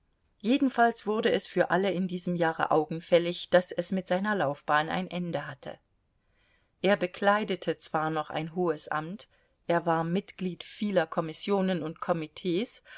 jedenfalls wurde es für alle in diesem jahre augenfällig daß es mit seiner laufbahn ein ende hatte er bekleidete zwar noch ein hohes amt er war mitglied vieler kommissionen und komitees